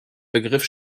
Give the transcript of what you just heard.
begriff